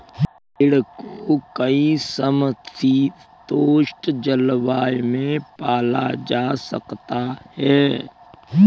भेड़ को कई समशीतोष्ण जलवायु में पाला जा सकता है